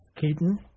Keaton